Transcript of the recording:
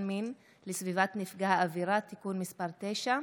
מין לסביבת נפגע העבירה (תיקון מס' 9)